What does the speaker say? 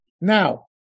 Now